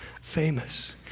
famous